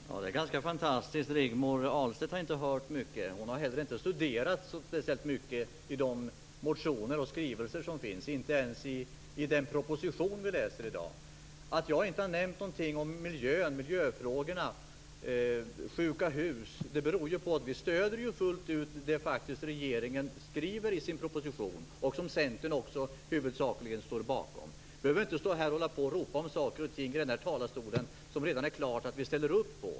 Fru talman! Det är ganska fantastiskt. Rigmor Ahlstedt har inte hört mycket. Hon har heller inte studerat de motioner och skrivelser som finns speciellt mycket. Hon har inte ens studerat den proposition som vi behandlar i dag. Att jag inte har nämnt någonting om miljöfrågorna och sjuka hus beror ju på att vi fullt ut stöder det som regeringen skriver i sin proposition och som också Centern huvudsakligen står bakom. Jag behöver inte stå i talarstolen och ropa om saker och ting som det redan är klart att vi ställer upp på.